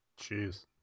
Jeez